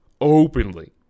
openly